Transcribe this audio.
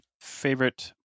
favorite